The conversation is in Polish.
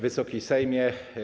Wysoki Sejmie!